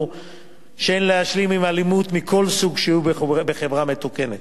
שאין להשלים עם אלימות מכל סוג שהוא בחברה מתוקנת.